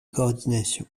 coordination